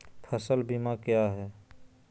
फ़सल बीमा क्या है?